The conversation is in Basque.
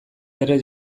bere